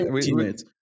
teammates